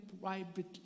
privately